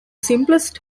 simplest